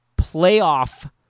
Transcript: playoff